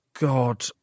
God